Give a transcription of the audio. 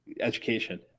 education